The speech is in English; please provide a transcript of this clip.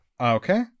Okay